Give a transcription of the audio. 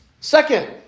Second